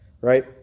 Right